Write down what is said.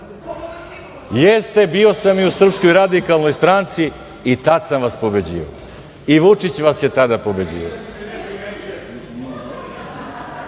Vučića. Jeste, bio sam i u Srpskoj radikalnoj stranci, i tada sam vas pobeđivao. I Vučić vas je tada pobeđivao.